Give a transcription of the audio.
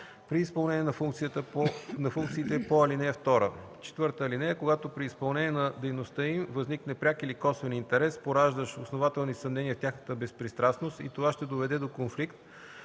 при изпълнение на функциите по ал. 2. (4) Когато при изпълнение на дейността им възникне пряк или косвен интерес, пораждащ основателни съмнения в тяхната безпристрастност, и това ще доведе до конфликт